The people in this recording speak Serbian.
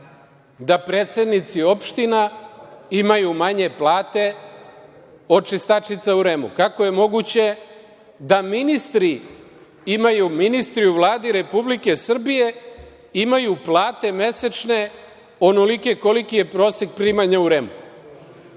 da predsednici opština imaju manje plate od čistačica u REM-u? Kako je moguće da ministri u Vladi Republike Srbije imaju plate mesečne onolike koliki je prosek primanja u REM-u?